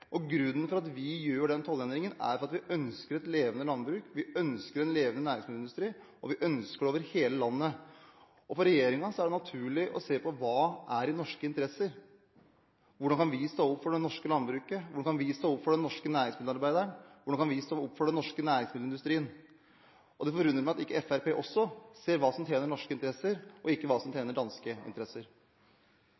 Grunnen til at vi gjør den tollendringen, er at vi ønsker et levende landbruk, vi ønsker en levende næringsmiddelindustri, og vi ønsker det over hele landet. For regjeringen er det naturlig å se på hva som er i norske interesser – hvordan kan vi stå opp for det norske landbruket, hvordan kan vi stå opp for den norske næringsmiddelarbeideren, hvordan kan vi stå opp for den norske næringsmiddelindustrien? Det forundrer meg at ikke Fremskrittspartiet også ser hva som tjener norske interesser, og ikke hva som